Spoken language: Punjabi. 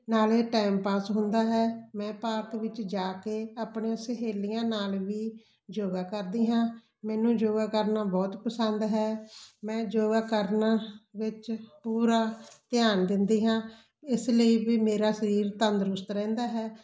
ਨਾਲੇ ਟਾਈਮ ਪਾਸ ਹੁੰਦਾ ਹੈ ਮੈਂ ਪਾਰਕ ਵਿੱਚ ਜਾ ਕੇ ਆਪਣੀਆਂ ਸਹੇਲੀਆਂ ਨਾਲ ਵੀ ਯੋਗਾ ਕਰਦੀ ਹਾਂ ਮੈਨੂੰ ਯੋਗਾ ਕਰਨਾ ਬਹੁਤ ਪਸੰਦ ਹੈ ਮੈਂ ਯੋਗਾ ਕਰਨ ਵਿੱਚ ਪੂਰਾ ਧਿਆਨ ਦਿੰਦੀ ਹਾਂ ਇਸ ਲਈ ਵੀ ਮੇਰਾ ਸਰੀਰ ਤੰਦਰੁਸਤ ਰਹਿੰਦਾ ਹੈ